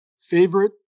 favorite